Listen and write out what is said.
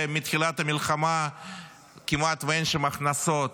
שמתחילת המלחמה כמעט אין בו הכנסות,